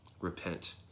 repent